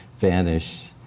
vanish